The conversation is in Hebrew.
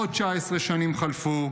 עוד 19 שנים חלפו,